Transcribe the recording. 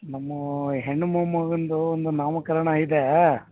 ನಮ್ಮ ಹೆಣ್ಣು ಮೊಮ್ಮಗಂದು ಒಂದು ನಾಮಕರಣ ಇದೆ